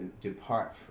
depart